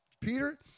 Peter